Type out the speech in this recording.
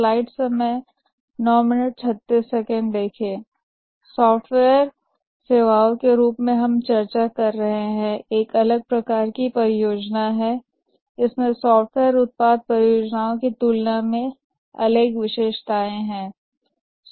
यहां हम जिन सॉफ्टवेयर सेवाओं की चर्चा कर रहे हैं यह एक अलग प्रकार की परियोजना है इसमें सॉफ्टवेयर उत्पाद परियोजनाओं की तुलना में अलग विशेषताएं हैं